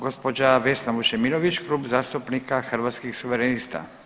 Gospođa Vesna Vučemilović Klub zastupnika Hrvatskih suverenista.